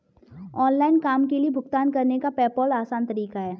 online काम के लिए भुगतान करने का पेपॉल आसान तरीका है